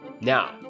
Now